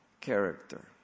character